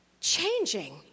changing